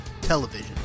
television